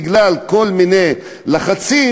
בגלל כל מיני לחצים,